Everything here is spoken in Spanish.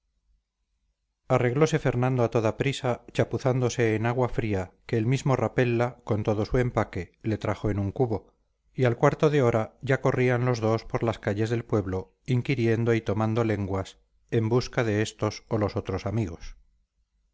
arreglose fernando a toda prisa chapuzándose en agua fría que el mismo rapella con todo su empaque le trajo en un cubo y al cuarto de hora ya corrían los dos por las calles del pueblo inquiriendo y tomando lenguas en busca de estos o los otros amigos